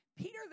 Peter